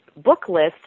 Booklist